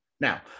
Now